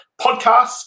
podcasts